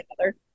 together